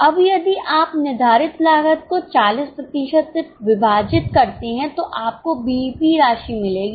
अब यदि आप निर्धारित लागत को 40 प्रतिशत से विभाजित करते हैं तो आपको बीईपी राशि मिलेगी